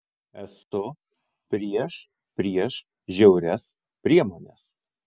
esu prieš prieš žiaurias priemones